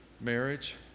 Marriage